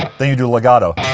then you do legato